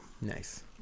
Nice